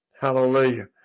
Hallelujah